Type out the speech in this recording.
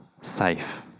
safe